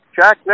Jack